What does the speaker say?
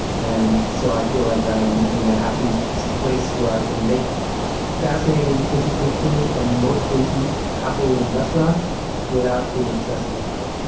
and so i feel like i'm in a happy place where i can make fascinating, interesting food and mostly eat happily in restaurants without being obsessive about it.